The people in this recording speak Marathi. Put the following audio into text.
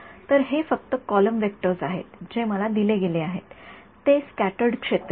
तर हे फक्त कॉलम व्हेक्टर्स आहेत जे मला दिले गेले आहे ते स्क्याटर्ड क्षेत्र आहे